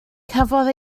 cafodd